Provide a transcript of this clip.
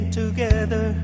together